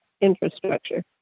infrastructure